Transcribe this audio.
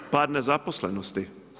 Pad nezaposlenosti.